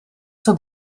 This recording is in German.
zur